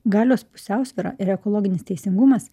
galios pusiausvyra ir ekologinis teisingumas